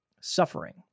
Suffering